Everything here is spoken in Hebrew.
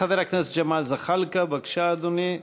חבר הכנסת ג'מאל זחאלקה, בבקשה, אדוני.